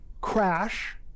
crash